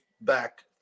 back